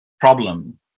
problem